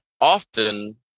often